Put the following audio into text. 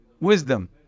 wisdom